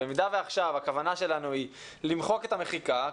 אז במידה שעכשיו הכוונה שלנו היא למחוק את המחיקה,